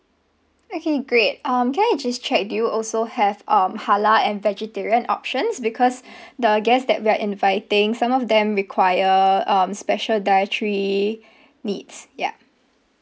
okay great um can I just check do you also have um halal and vegetarian options because the guests that we are inviting some of them require um special dietary needs ya